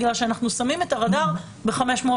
בגלל שאנחנו שמים את הרדאר ב-500,000.